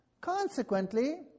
Consequently